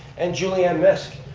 and julianne miszk,